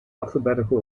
alphabetical